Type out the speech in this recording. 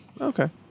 Okay